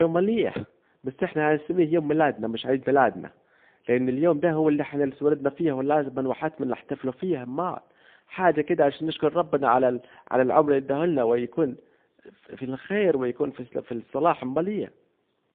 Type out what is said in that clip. ايوه امال ايه، بس احنا عندينا هنسميه يوم ميلادنا مش عيد ميلادنا، عشان اليوم ده هو اليوم الي احنا اتولدنا فيه ولازما وحتما نحتفلوا بيه امال، حاجة كده عشان نشكر ربنا على العمر الي ادالهولنا ويكون في الخير ويكون في الصلاح امال ايه